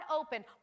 open